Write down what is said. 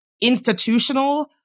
institutional